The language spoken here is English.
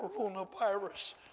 coronavirus